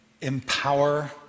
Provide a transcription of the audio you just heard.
empower